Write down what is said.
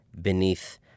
beneath